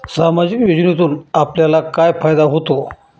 सामाजिक योजनेतून आपल्याला काय फायदा होतो?